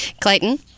Clayton